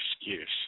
excuse